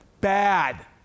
bad